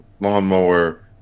lawnmower